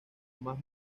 más